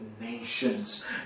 nations